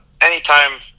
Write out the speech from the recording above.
anytime